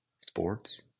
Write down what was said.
sports